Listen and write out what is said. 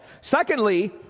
Secondly